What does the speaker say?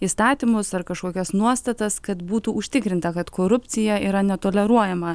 įstatymus ar kažkokias nuostatas kad būtų užtikrinta kad korupcija yra netoleruojama